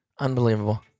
unbelievable